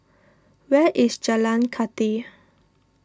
where is Jalan Kathi